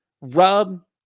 rub